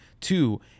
two